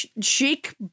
chic